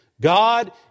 God